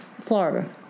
florida